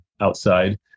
outside